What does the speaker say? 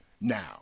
Now